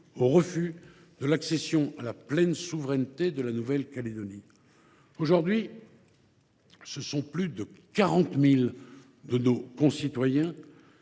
au refus de l’accession à la pleine souveraineté de la Nouvelle Calédonie. Aujourd’hui, plus de 40 000 de nos concitoyens